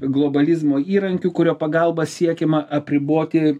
globalizmo įrankiu kurio pagalba siekiama apriboti